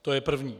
To je první.